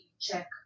check